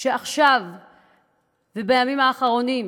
אם עכשיו ובימים האחרונים